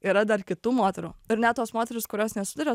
yra dar kitų moterų ir net tos moterys kurios nesuduria